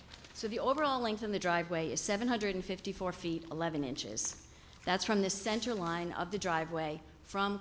so the overall length of the driveway is seven hundred fifty four feet eleven inches that's from the centerline of the driveway from